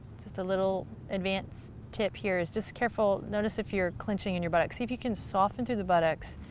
just a little advanced tip here. it's just careful, notice if you're clenching in your buttocks, see if you can soften through the buttocks